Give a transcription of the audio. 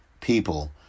people